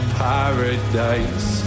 paradise